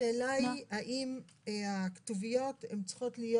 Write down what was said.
השאלה היא באיזו שפה הכתוביות צריכות להיות?